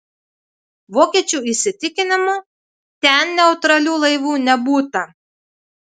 vokiečių įsitikinimu ten neutralių laivų nebūta